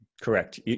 Correct